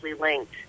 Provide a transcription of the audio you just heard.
linked